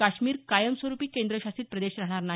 काश्मीर कायमस्वरुपी केंद्रशासित प्रदेश राहणार नाही